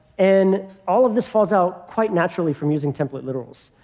and all of this falls out quite naturally from using template literals.